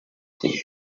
the